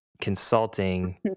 consulting